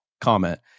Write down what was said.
comment